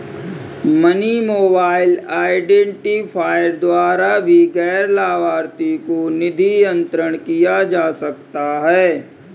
money mobile identifier द्वारा भी गैर लाभार्थी को निधि अंतरण किया जा सकता है